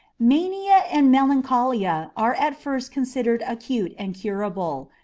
mania and melancholia are at first considered acute and curable,